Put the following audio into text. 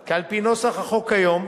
כי על-פי נוסח החוק כיום,